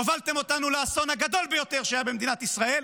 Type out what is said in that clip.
הובלתם אותנו לאסון הגדול ביותר שהיה במדינת ישראל,